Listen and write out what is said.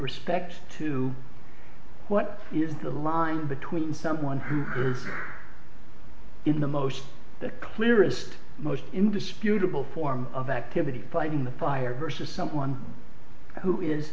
respect to what is the line between someone who in the most the clearest most indisputable form of activity fighting the fire versus someone who is